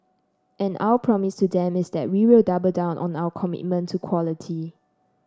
and our promise to them is that we will double down on our commitment to quality